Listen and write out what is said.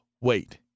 wait